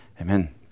Amen